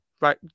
right